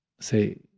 say